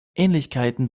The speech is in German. ähnlichkeiten